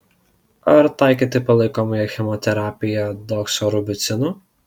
ar taikyti palaikomąją chemoterapiją doksorubicinu